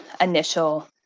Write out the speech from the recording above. initial